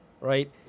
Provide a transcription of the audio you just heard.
right